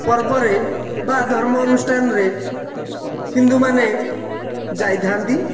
ପର୍ବରେ ବା ଧର୍ମ ଅନୁଷ୍ଠାନରେ ହିନ୍ଦୁମାନେ ଯାଇଥାନ୍ତି